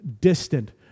distant